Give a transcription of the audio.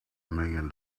million